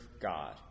God